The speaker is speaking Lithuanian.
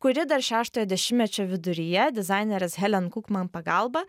kuri dar šeštojo dešimtmečio viduryje dizainerės helen kukman pagalba